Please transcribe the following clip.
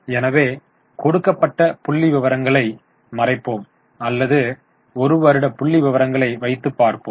எனவே கொடுக்கப்பட்ட புள்ளிவிவரங்களை மறைப்போம் அல்லது 1 வருட புள்ளி விவரங்களை வைத்து பார்ப்போம்